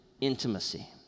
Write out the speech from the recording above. intimacy